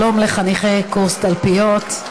שלום לחניכי קורס תלפיות.